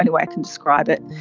only way i can describe it.